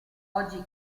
oggi